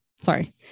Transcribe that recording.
Sorry